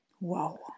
Wow